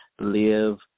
live